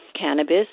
cannabis